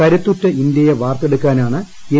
കരുത്തുറ്റ ഇന്ത്യയെ വാർത്തെടുക്കാനാണ് എൻ